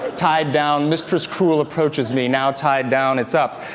tied down, mistress cruel approaches me, now tied down, it's up.